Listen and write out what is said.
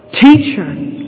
Teacher